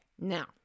now